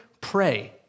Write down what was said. pray